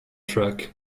truck